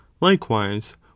likewise